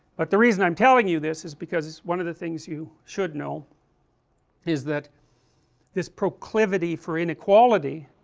but the reason i am telling you this is because one of the things you should know is that this proclivity for inequality